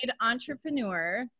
entrepreneur